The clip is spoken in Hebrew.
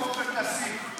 עופר כסיף,